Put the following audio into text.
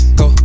go